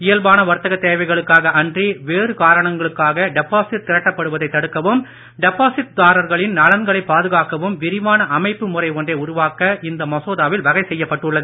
இயல்பான வர்த்தக தேவைகளுக்காக அன்றி வேறு காரணங்களுக்காக டெபாசிட் திரட்டப்படுவதை தடுக்கவும் டெபாசிட் தாரர்களின் நலன்களை பாதுகாக்கவும் விரிவான அமைப்பு முறை ஒன்றை உருவாக்க இந்த மசோதாவில் வகை செய்யப்பட்டுள்ளது